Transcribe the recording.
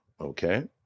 Okay